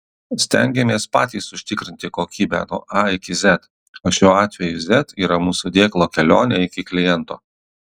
stengiamės patys užtikrinti kokybę nuo a iki z o šiuo atveju z yra mūsų dėklo kelionė iki kliento